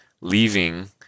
leaving